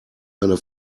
eine